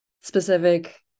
specific